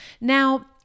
Now